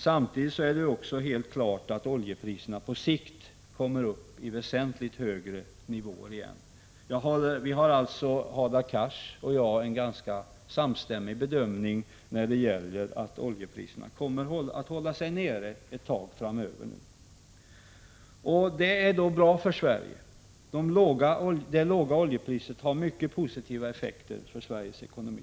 Samtidigt är det helt klart att oljepriset på sikt kommer upp i väsentligt högre nivåer. Hadar Cars och jag gör alltså en ganska samstämmig bedömning: Oljepriset kommer att vara lågt ett tag framöver. Det är bra för Sverige. Det — Prot. 1985/86:124 låga oljepriset har mycket positiva effekter för Sveriges ekonomi.